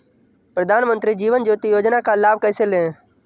प्रधानमंत्री जीवन ज्योति योजना का लाभ कैसे लें?